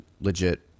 legit